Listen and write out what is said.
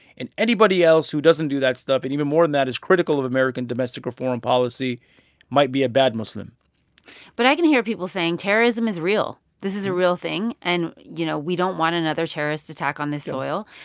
and anybody else who doesn't do that stuff and even more than that, is critical of american domestic or foreign policy might be a bad muslim but i can hear people saying, terrorism is real. this is a real thing. and you know, we don't want another terrorist attack on this soil.